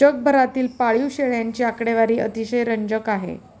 जगभरातील पाळीव शेळ्यांची आकडेवारी अतिशय रंजक आहे